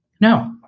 No